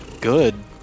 good